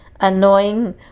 annoying